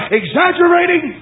exaggerating